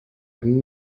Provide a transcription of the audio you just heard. einen